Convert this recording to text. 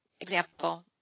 example